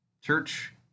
Church